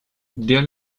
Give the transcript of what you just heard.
der